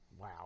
wow